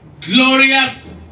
glorious